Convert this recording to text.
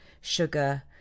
sugar